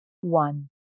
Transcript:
one